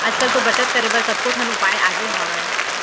आज कल तो बचत करे बर कतको ठन उपाय आगे हावय